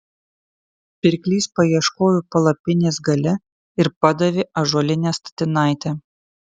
pirklys paieškojo palapinės gale ir padavė ąžuolinę statinaitę